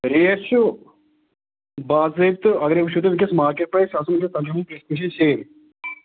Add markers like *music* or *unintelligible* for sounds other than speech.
rate چھُو باضٲبتہٕ اَگرٕے وٕچھُو تُہۍ وٕنۍکٮ۪س مارکیٹ پرٛایِس سُہ *unintelligible*